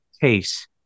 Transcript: case